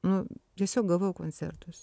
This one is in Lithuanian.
nu tiesiog gavau koncertus